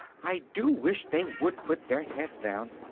i do wish they would put their heads down!